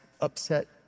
upset